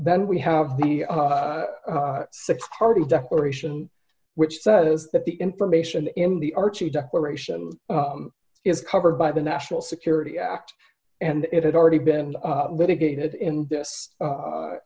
then we have the six party declaration which says that the information in the archie declaration is covered by the national security act and it had already been litigated in